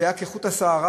זה היה כחוט השערה,